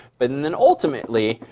but and then ultimately,